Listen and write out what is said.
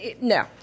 no